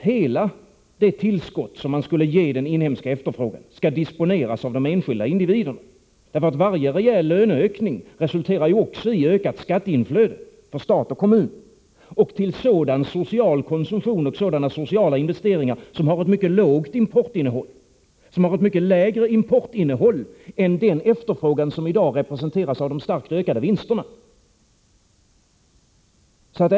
Hela det tillskott som man skulle ge den inhemska efterfrågan skall ju inte disponeras av de enskilda individerna, för varje rejäl löneökning resulterar också i ökat skatteinflöde för stat och kommun och i sådana sociala investeringar och sådan social konsumtion som har ett mycket lågt importin nehåll, mycket lägre än den efterfrågan som i dag representeras av de starkt ökade vinsterna.